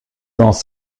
dans